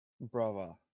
Bravo